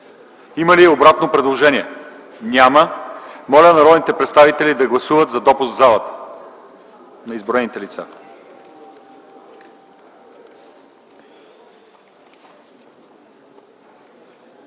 Има ли обратно предложение? Няма. Моля народните представители да гласуват за допуск в залата на изброените лица.